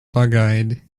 pagaidi